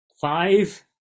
five